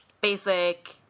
basic